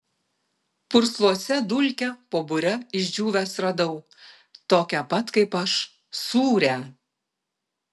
pursluose dulkę po bure išdžiūvęs radau tokią pat kaip aš sūrią